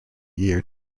year